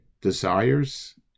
desires